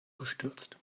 gestürzt